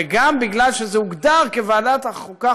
וגם משום שזה הוגדר כוועדת החוקה,